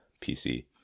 PC